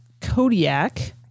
Kodiak